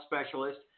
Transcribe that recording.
specialist